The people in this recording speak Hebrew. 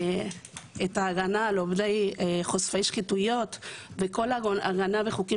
גם ההגנה על חושפי שחיתויות וכל ההגנה בחוקים